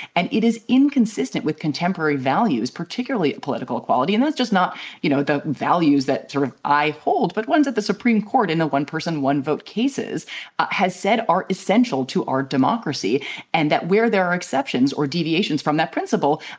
and it is inconsistent with contemporary values, particularly political equality. and it's just not you know the values that sort of i hold, but ones at the supreme court in a one person, one vote cases has said are essential to our democracy and that where there are exceptions or deviations from that principle,